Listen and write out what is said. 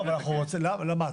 למה?